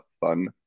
fun